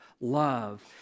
love